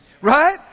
Right